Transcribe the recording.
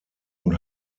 und